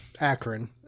Akron